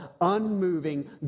unmoving